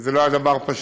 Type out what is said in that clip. וזה לא היה דבר פשוט.